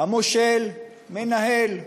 המושל מנהל.